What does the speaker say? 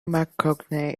mcconaughey